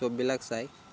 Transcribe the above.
চববিলাক চায়